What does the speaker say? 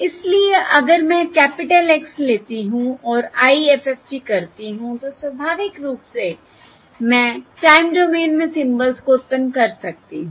इसलिए अगर मैं कैपिटल X s लेती हूं और IFFT करती हूं तो स्वाभाविक रूप से मैं टाइम डोमेन में सिंबल्स को उत्पन्न कर सकती हूं